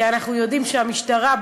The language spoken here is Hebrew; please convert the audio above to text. כי אנחנו יודעים שהמשטרה,